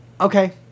okay